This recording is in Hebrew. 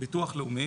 אני מהביטוח הלאומי.